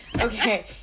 okay